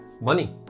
money